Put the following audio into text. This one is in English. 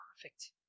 perfect